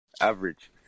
average